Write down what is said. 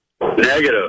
Negative